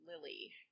Lily